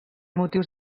motius